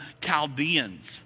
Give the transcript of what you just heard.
Chaldeans